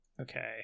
okay